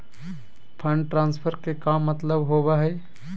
Fund transfer के का मतलब होव हई?